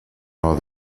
are